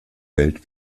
welt